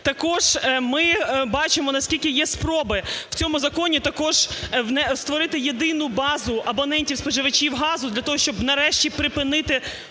Також ми бачимо наскільки є спроби в цьому законі також створити єдину базу абонентів-споживачів газу для того, щоби нарешті припинити